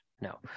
No